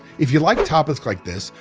if you like topics like this,